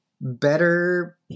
better